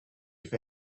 for